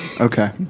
Okay